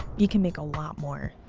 you can make a lot more.